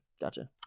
gotcha